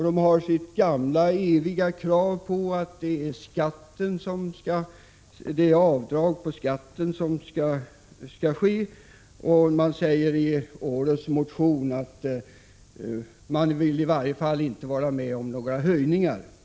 De har sitt gamla, evigt återkommande krav på att man skall få göra avdrag vid beskattningen. De anför i årets motion att de i varje fall inte vill vara med om några höjningar.